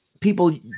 people